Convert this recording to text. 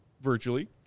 virtually